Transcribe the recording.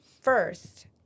first